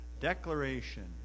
declaration